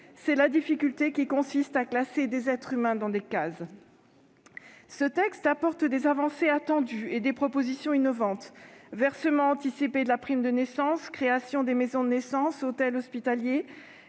C'est la difficulté de classer les êtres humains dans des cases ... Ce texte apporte des avancées attendues et des propositions innovantes- versement anticipé de la prime de naissance ; création des maisons de naissance ; hôtels hospitaliers